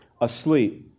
asleep